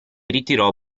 ritirò